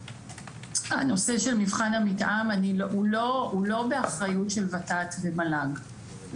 הנושא של מבחן המתאם הוא לא באחריות ות"ת ומל"ג.